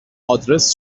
آدرس